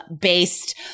based